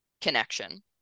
connection